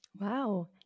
Wow